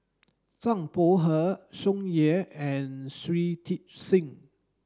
Zhang Bohe Tsung Yeh and Shui Tit Sing